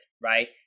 Right